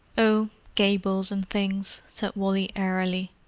oh, gables and things, said wally airily.